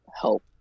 help